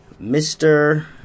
mr